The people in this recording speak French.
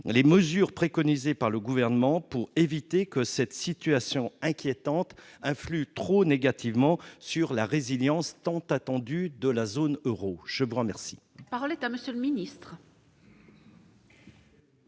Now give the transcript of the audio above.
les mesures préconisées par le gouvernement pour éviter que cette situation inquiétante influe trop négativement sur la résilience tant attendue de la zone Euro je merci. Parole est à monsieur le Ministre.